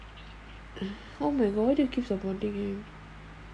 oh my god why you keep supporting him